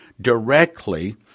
directly